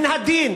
מן הדין,